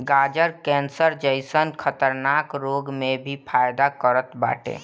गाजर कैंसर जइसन खतरनाक रोग में भी फायदा करत बाटे